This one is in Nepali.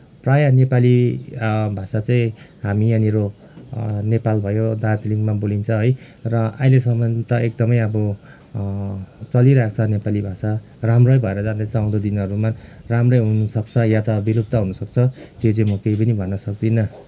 प्रायः नेपाली भाषा चाहिँ हामी यहाँनिर नेपाल भयो दार्जिलिङमा बोलिन्छ है र अहिलेसम्म त एकदमै अब चलिरहेछ नेपाली भाषा राम्रै भएरै जाँदैछ आउँदो दिनहरूमा राम्रै हुनुसक्छ या त विलुप्त हुनुसक्छ त्यो चाहिँ म केही पनि भन्न सक्दिनँ